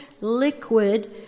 liquid